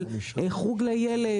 על חוג לילד.